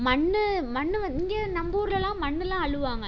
மண்ணு மண்ணு வந்து இங்கே நம்ம ஊர்லெல்லாம் மண்ணெல்லாம் அள்ளுவாங்கள்